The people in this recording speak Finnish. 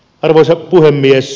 arvoisa puhemies